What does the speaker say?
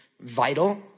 vital